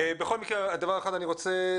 בכל מקרה דבר אחד אני רוצה,